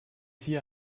vier